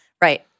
Right